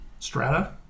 Strata